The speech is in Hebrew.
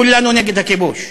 כולנו נגד הכיבוש,